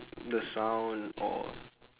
the sound or